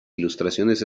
ilustraciones